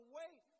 wait